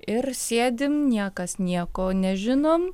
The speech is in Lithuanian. ir sėdim niekas nieko nežinom